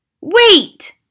Wait